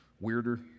weirder